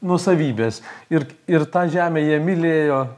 nuosavybės ir ir tą žemę jie mylėjo